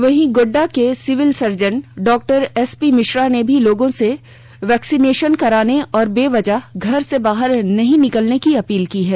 वहीं गोड्डा के civil surgeon डॉ एस पी मिश्रा ने भी लोगों से वैक्सीनेशन कराने और बेवजह घर से बाहर नहीं निकलने की अपील की है